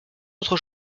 autre